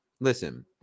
Listen